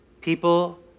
People